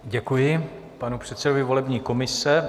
Děkuji panu předsedovi volební komise.